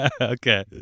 Okay